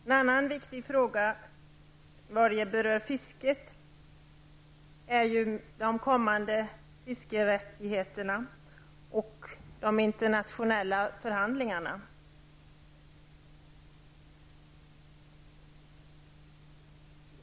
En annan viktig fråga som berör fisket är de kommande fiskerättigheterna och de internationella förhandlingarna.